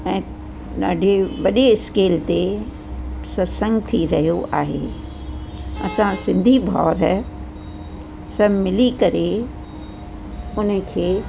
ऐं ॾाढे वॾे स्केल ते सतसंगु थी रहियो आहे असां सिंधी भाउर सभु मिली करे उन खे